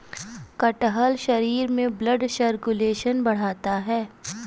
कटहल शरीर में ब्लड सर्कुलेशन बढ़ाता है